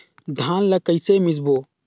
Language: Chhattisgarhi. धान ला कइसे मिसबो?